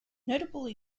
notable